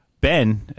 Ben